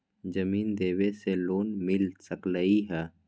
जमीन देवे से लोन मिल सकलइ ह?